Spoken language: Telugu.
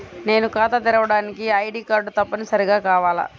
నేను ఖాతా తెరవడానికి ఐ.డీ కార్డు తప్పనిసారిగా కావాలా?